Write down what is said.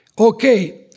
Okay